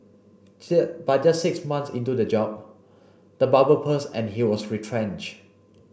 but just six months into the job the bubble burst and he was retrenched